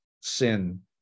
sin